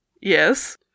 Yes